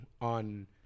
on